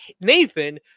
nathan